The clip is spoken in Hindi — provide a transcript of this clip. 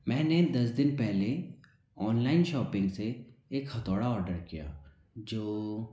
मैंने दस दिन पहले ऑनलाइन शॉपिंग से एक हथौड़ा ऑर्डर किया जो